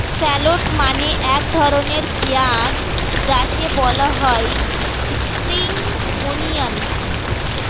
shallot মানে এক ধরনের পেঁয়াজ যাকে বলা হয় স্প্রিং অনিয়ন